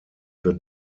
für